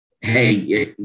Hey